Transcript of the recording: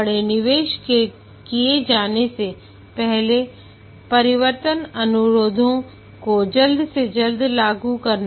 बड़े निवेश किए जाने से पहले परिवर्तन अनुरोधों को जल्द से जल्द लागू करना